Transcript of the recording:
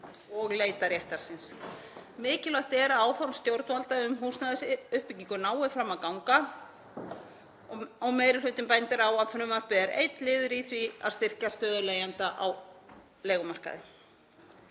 og leita réttar síns. Mikilvægt er að áform stjórnvalda um húsnæðisuppbyggingu nái fram að ganga. Meiri hlutinn bendir á að frumvarpið er einn liður í því að styrkja stöðu leigjenda á erfiðum